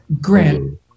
Grant